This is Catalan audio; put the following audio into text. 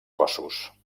cossos